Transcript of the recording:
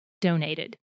donated